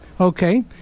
Okay